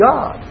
God